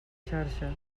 xarxa